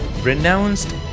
renounced